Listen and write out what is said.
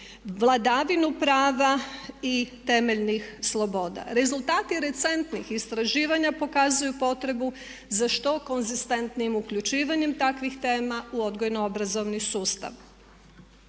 vladavinu prava i temeljnih sloboda. Rezultati recentnih istraživanja pokazuju potrebu za što konzistentnijim uključivanjem takvih tema u odgojno obrazovni sustav.